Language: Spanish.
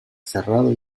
cerrado